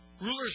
rulers